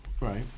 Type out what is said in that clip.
Right